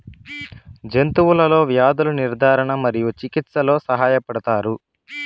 జంతువులలో వ్యాధుల నిర్ధారణ మరియు చికిత్చలో సహాయపడుతారు